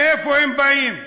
מאיפה הם באים,